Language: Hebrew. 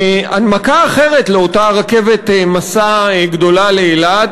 הנמקה אחרת לאותה רכבת משא גדולה לאילת